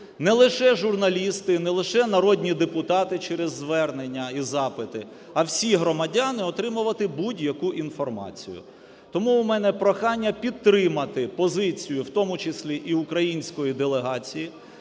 не лише журналісти, не лише народні депутати через звернення і запити, а всі громадяни, отримувати будь-яку інформацію. Тому в мене прохання підтримати позицію, в тому числі і української делегації